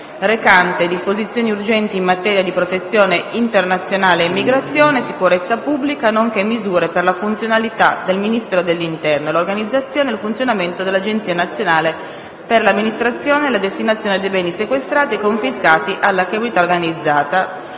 recante disposizioni urgenti in materia di protezione internazionale e immigrazione, sicurezza pubblica, nonché misure per la funzionalità del Ministero dell'interno e l'organizzazione e il funzionamento dell'Agenzia nazionale per l'amministrazione e la destinazione dei beni sequestrati e confiscati alla criminalità organizzata